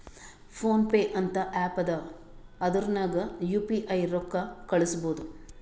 phone pay ಅಂತ app ಅದಾ ಅದುರ್ನಗ್ ಯು ಪಿ ಐ ರೊಕ್ಕಾ ಕಳುಸ್ಬೋದ್